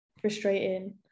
frustrating